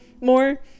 more